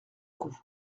coup